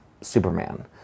Superman